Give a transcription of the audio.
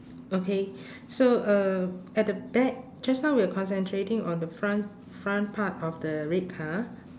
okay so uh at the back just now we were concentrating on the front front part of the red car